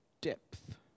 depth